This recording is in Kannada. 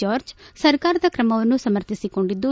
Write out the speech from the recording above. ಜಾರ್ಜ್ ಸರ್ಕಾರದ ಕ್ರಮವನ್ನು ಸಮರ್ಥಿಸಿಕೊಂಡಿದ್ದು